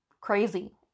crazy